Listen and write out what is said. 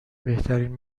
بهترین